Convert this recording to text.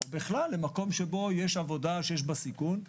או בכלל למקום עבודה עם סיכון,